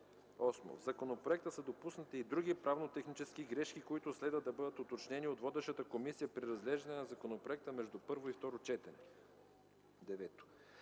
8. В законопроекта са допуснати и други правно-технически грешки, които следват да бъдат уточнени от водещата комисия при разглеждане на законопроекта между първо и второ четене. 9.